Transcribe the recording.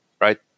right